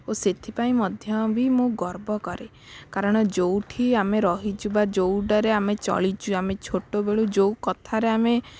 ଓ ସେଥିପାଇଁ ମଧ୍ୟ ବି ମୁଁ ଗର୍ବ କରେ କାରଣ ଯେଉଁଠି ଆମେ ରହିଛୁ ବା ଯେଉଁଟାରେ ଆମେ ଚଳିଛୁ ଆମେ ଛୋଟବେଳୁ ଯେଉଁ କଥାରେ ଆମେ